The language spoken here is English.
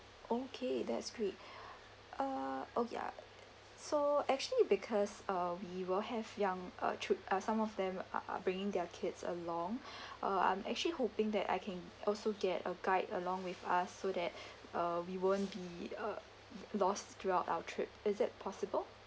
okay that's great uh oh ya so actually because uh we will have young uh chil~ uh some of them are are bringing their kids along uh I'm actually hoping that I can also get a guide along with us so that uh we won't be uh lost throughout our trip is it possible